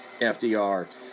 FDR